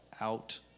out